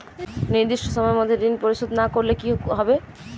নির্দিষ্ট সময়ে মধ্যে ঋণ পরিশোধ না করলে কি হবে?